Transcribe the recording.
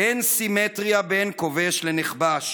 אין סימטריה בין כובש לנכבש,